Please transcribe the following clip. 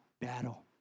battle